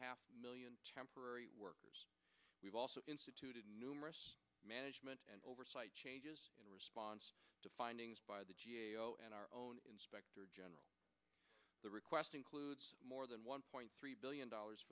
half million temporary workers we've also instituted numerous management oversight in response to findings by the g a o and our own inspector general the request includes more than one point three billion dollars